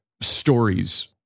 stories